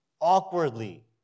awkwardly